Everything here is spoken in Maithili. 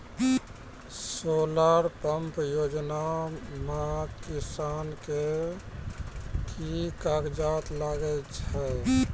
सोलर पंप योजना म किसान के की कागजात लागै छै?